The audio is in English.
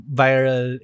viral